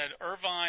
Irvine